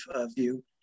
view